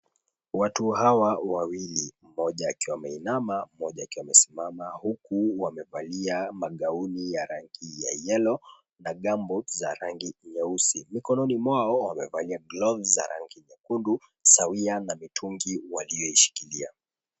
Watu hawa wawili, mmoja akiwa ameinama, mmoja akiwa amesimama huku wamevalia mgauni ya rangi ya yellow na gambots za rangi nyeusi. Mikononi mwao wamevalia gloves za rangi nyekundu sawia na mitungi walioishikilia.